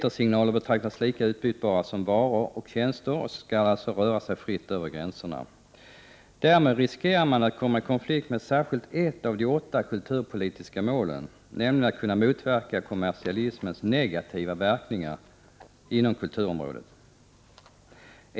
Etersignaler betraktas lika utbytbara som varor och tjänster och skall alltså kunna röra sig fritt över gränserna. Därmed riskerar man att komma i konflikt med särskilt ett av de åtta kulturpolitiska målen, nämligen att kunna motverka kommersialismens negativa verkningar inom kulturområdet.